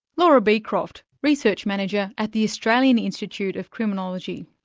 laura beacroft, research manager at the australian institute of criminology.